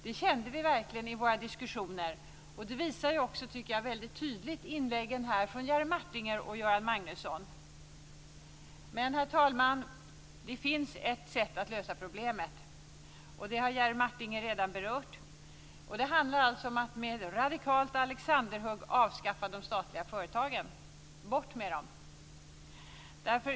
Detta kände vi verkligen i våra diskussioner. Jerry Martingers och Göran Magnussons inlägg visar detta tydligt. Herr talman! Det finns ett sätt att lösa problemet, och det har Jerry Martinger redan berört. Det handlar alltså om att med ett radikalt alexanderhugg avskaffa de statliga företagen. Bort med dem!